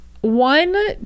one